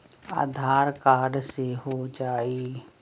आधार card से हो जाइ?